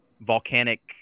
volcanic